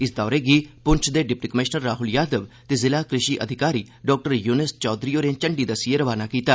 इस दौरे गी प्ंछ दे डिप्टी कमीशनर राहल यादव ते जिला कृषि अधिकारी डा य्नस चौधरी होरें झंडी दस्सिए रवाना कीता